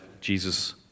Jesus